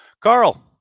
Carl